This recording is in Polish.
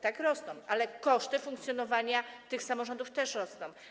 Tak, rosną, ale koszty funkcjonowania tych samorządów też rosną.